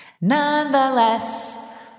Nonetheless